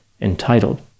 entitled